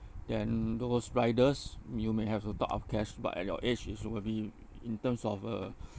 then those riders you may have to top up cash but at your age it's gonna be in terms of a